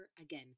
again